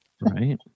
Right